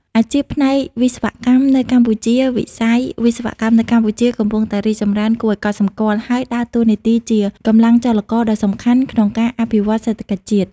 អាជីពផ្នែកវិស្វកម្មនៅកម្ពុជាវិស័យ វិស្វកម្មនៅកម្ពុជា កំពុងតែ រីកចម្រើនគួរឱ្យកត់សម្គាល់ ហើយដើរតួនាទីជា កម្លាំងចលករដ៏សំខាន់ ក្នុងការអភិវឌ្ឍន៍សេដ្ឋកិច្ចជាតិ។